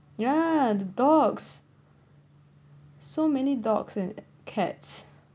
yeah the dogs so many dogs and cats